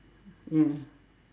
ya